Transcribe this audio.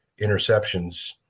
interceptions